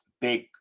big